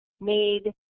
made